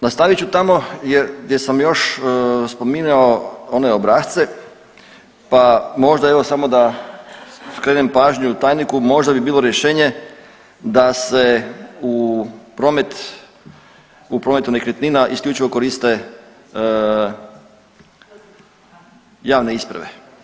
Nastavit ću tamo jer gdje sam još spominjao one obrasce, pa možda još samo da skrenem pažnju tajniku, možda bi bilo rješenje da se u promet, u prometu nekretnina isključivo koriste javne isprave.